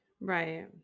Right